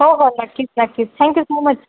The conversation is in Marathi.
हो हो नक्की नक्कीच थँक्यू सो मच